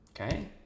Okay